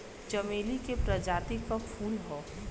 चमेली के प्रजाति क फूल हौ